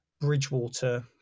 Bridgewater